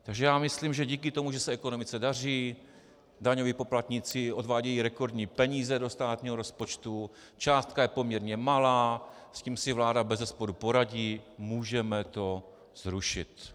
Takže já myslím, že díky tomu, že se ekonomice daří, daňoví poplatníci odvádějí rekordní peníze do státního rozpočtu, částka je poměrně malá, s tím si vláda bezesporu poradí, můžeme to zrušit.